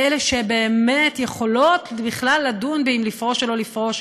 לאלה שבאמת יכולות בכלל לדון באם לפרוש או לא לפרוש,